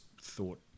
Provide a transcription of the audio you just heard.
thought